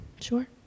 Sure